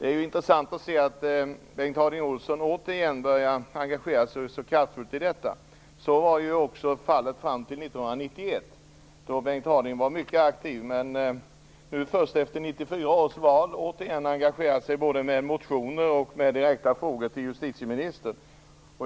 Det är intressant att se att Bengt Harding Olson återigen börjat engagera sig så kraftfullt i detta. Så var också fallet fram till 1991, då Bengt Harding Olson var mycket aktiv. Men först efter 1994 års val har han återigen engagerat sig både med motioner och direkta frågor till justitieministern.